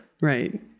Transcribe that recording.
right